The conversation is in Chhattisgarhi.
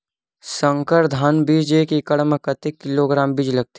संकर धान बीज एक एकड़ म कतेक किलोग्राम बीज लगथे?